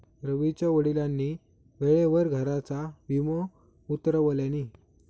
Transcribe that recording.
रवीच्या वडिलांनी वेळेवर घराचा विमो उतरवल्यानी